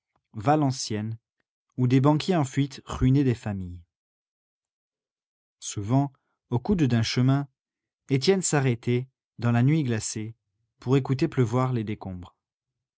valenciennes où des banquiers en fuite ruinaient des familles souvent au coude d'un chemin étienne s'arrêtait dans la nuit glacée pour écouter pleuvoir les décombres